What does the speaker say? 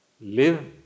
live